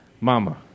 Mama